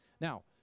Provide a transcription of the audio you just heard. Now